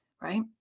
Right